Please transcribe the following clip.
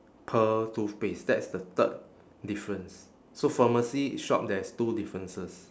pearl toothpaste that's the third difference so pharmacy shop there is two differences